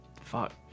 fuck